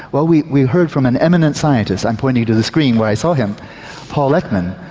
well, we we heard from an eminent scientist i'm pointing to the screen where i saw him paul ekman.